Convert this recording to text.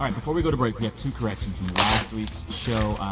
um before we go to break, we have two corrections from last week's show.